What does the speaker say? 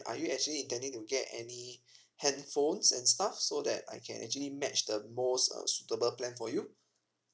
are you actually intending to get any handphones and stuff so that I can actually match the most uh suitable plan for you